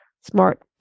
smart